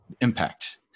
impact